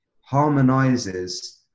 harmonizes